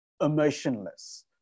emotionless